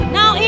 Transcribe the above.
Now